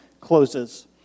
closes